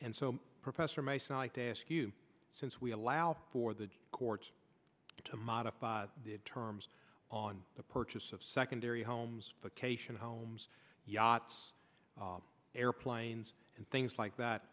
and so professor my site ask you since we allow for the courts to modify the terms on the purchase of secondary homes cation homes yachts airplanes and things like that